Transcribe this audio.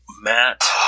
Matt